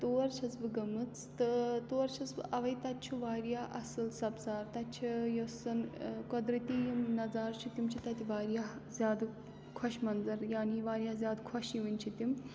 تور چھَس بہٕ گٔمٕژ تہٕ تور چھَس بہٕ اَوَے تَتہِ چھُ واریاہ اَصٕل سَبزار تَتہِ چھِ یُس زَن قۄدرٔتی یِم نَظارٕ چھِ تِم چھِ تَتہِ واریاہ زیادٕ خوش مَنظر یعنی واریاہ زیادٕ خوش یِوٕنۍ چھِ تِم